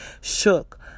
shook